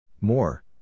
More